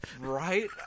Right